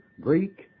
Greek